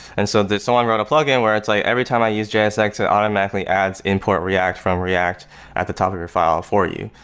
and so someone wrote a plugin where it's like, every time i use jsx, it automatically adds import react, from react at the top of your file for you,